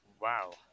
Wow